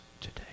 today